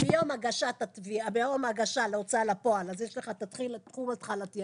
ביום ההגשה להוצאה לפועל יש לך סכום התחלתי,